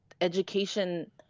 education